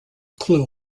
clue